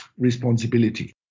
responsibility